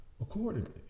accordingly